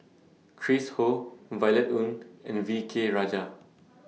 Chris Ho Violet Oon and V K Rajah